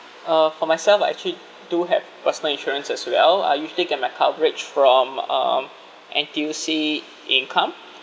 uh for myself I actually do have personal insurance as well I usually get my coverage from um N_T_U_C income